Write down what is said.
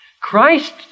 Christ